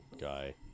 guy